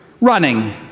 Running